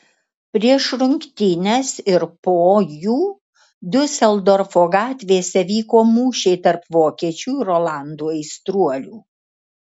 prieš rungtynes ir po jų diuseldorfo gatvėse vyko mūšiai tarp vokiečių ir olandų aistruolių